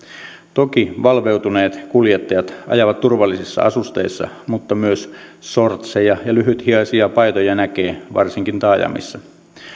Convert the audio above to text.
toki valveutuneet kuljettajat ajavat turvallisissa asusteissa mutta myös sortseja ja lyhythihaisia paitoja näkee varsinkin taajamissa